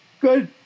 Good